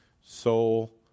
Soul